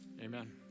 Amen